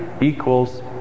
equals